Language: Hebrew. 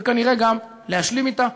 וכנראה גם להשלים אתה.